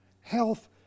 health